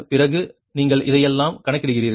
பிறகு நீங்கள் இதையெல்லாம் கணக்கிடுகிறீர்கள்